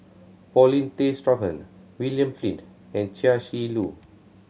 Paulin Tay Straughan William Flint and Chia Shi Lu